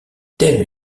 tel